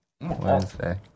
Wednesday